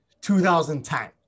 2010